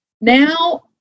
now